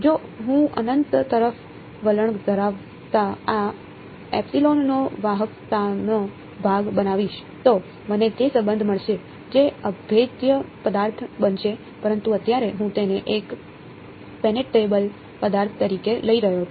જો હું અનંત તરફ વલણ ધરાવતા આ એપ્સીલોનનો વાહકતાનો ભાગ બનાવીશ તો મને તે સંબંધ મળશે જે અભેદ્ય પદાર્થ બનશે પરંતુ અત્યારે હું તેને એક પેનેટ્રેબલ પદાર્થ તરીકે લઈ રહ્યો છું